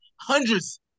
hundreds